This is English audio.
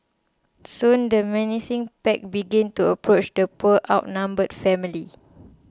soon the menacing pack began to approach the poor outnumbered family